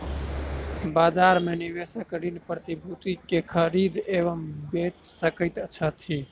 बजार में निवेशक ऋण प्रतिभूति के खरीद एवं बेच सकैत छथि